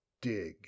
dig